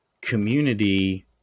community